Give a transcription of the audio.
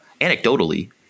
anecdotally